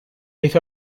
hizo